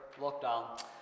lockdown